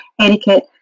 etiquette